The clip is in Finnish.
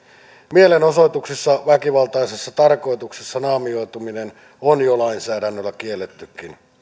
mielenosoituksissa väkivaltaisissa tarkoituksissa naamioituminen on jo lainsäädännöllä kiellettykin